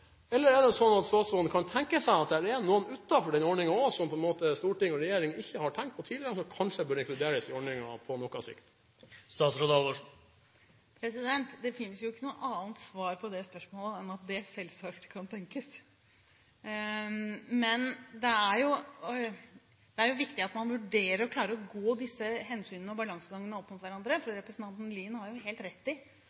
Eller er det slik at statsråden kan tenke seg at det er noen utenfor den ordningen som Stortinget og regjeringen ikke har tenkt på tidligere, som kanskje burde inkluderes i ordningen på noe sikt? Det finnes jo ikke noe annet svar på det spørsmålet enn at det selvsagt kan tenkes. Men det er viktig at man vurderer og klarer å sette disse hensynene – og balansegangene – opp mot hverandre.